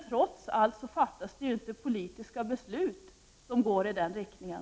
Trots detta fattas det inte politiska beslut som går i den riktningen.